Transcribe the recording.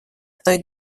той